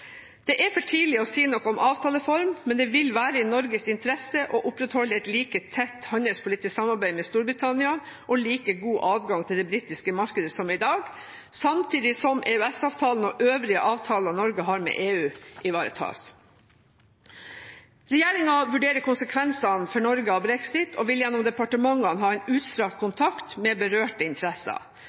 Det er for tidlig å si noe om avtaleform, men det vil være i Norges interesse å opprettholde et like tett handelspolitisk samarbeid med Storbritannia og like god adgang til det britiske markedet som i dag, samtidig som EØS-avtalen og øvrige avtaler Norge har med EU, ivaretas. Regjeringen vurderer konsekvensene for Norge av brexit og vil gjennom departementene ha en utstrakt kontakt med berørte interesser.